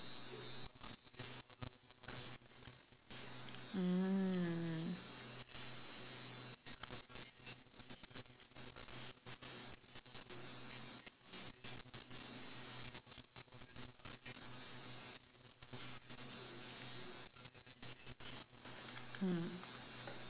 mm